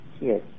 Yes